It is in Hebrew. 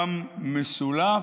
גם מסולף.